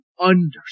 understand